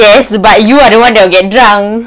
yes but you are the one that will get drunk